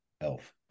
Elf